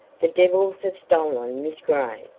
the devils have stolen miss gray.